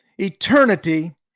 Eternity